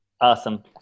awesome